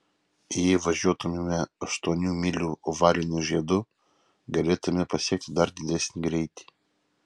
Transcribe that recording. jei važiuotumėme aštuonių mylių ovaliniu žiedu galėtumėme pasiekti dar didesnį greitį